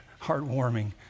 heartwarming